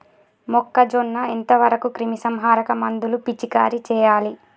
మొక్కజొన్న ఎంత వరకు క్రిమిసంహారక మందులు పిచికారీ చేయాలి?